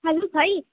hello ভাই